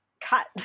Cut